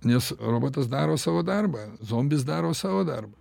nes robotas daro savo darbą zombis daro savo darbą